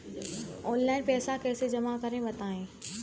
Online पैसा कैसे जमा करें बताएँ?